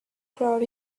crowd